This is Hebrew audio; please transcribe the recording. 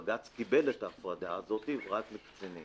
בג"ץ קיבל את ההפרדה הזאת אבל רק לקצינים.